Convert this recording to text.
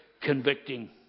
convicting